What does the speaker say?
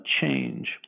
change